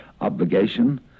obligation